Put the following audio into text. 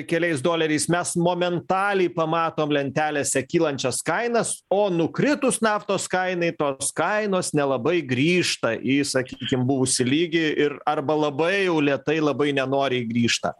keliais doleriais mes momentaliai pamatom lentelėse kylančias kainas o nukritus naftos kainai tos kainos nelabai grįžta į sakykim buvusį lygį ir arba labai jau lėtai labai nenoriai grįžta